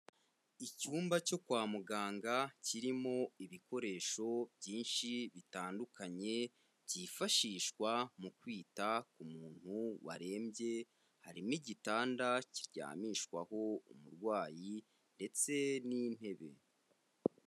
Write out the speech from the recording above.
Icyumba cyo kwa muganga kirimo ibikoresho byinshi bitandukanye byifashishwa mu kwita ku muntu warembye, harimo igitanda kiryamishwaho umurwayi ndetse n'intebe.